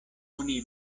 oni